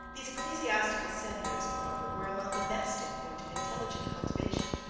these ecclesiastical seigneuries, moreover, were among the best in point of intelligent cultivation.